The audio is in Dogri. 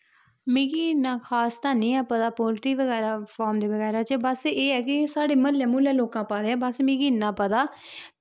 मिगी इन्ना खास ते हैनी ऐ पता पोल्ट्री बगैरा फार्म दे बगैरा च बस एह् कि साढ़े म्हल्ले मुहल्ले लोकां पाए दे हे बस मिगी इन्ना पता